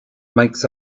makes